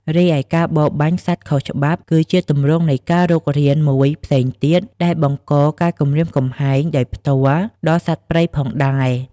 រីឯការបរបាញ់សត្វខុសច្បាប់ គឺជាទម្រង់នៃការរុករានមួយផ្សេងទៀតដែលបង្កការគំរាមកំហែងដោយផ្ទាល់ដល់សត្វព្រៃផងដែរ។